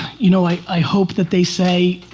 you know, i hope that they say,